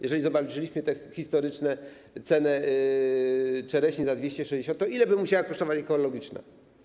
Jeżeli zobaczyliśmy tę historyczną cenę czereśni - 260 zł, to ile by musiały kosztować ekologiczne?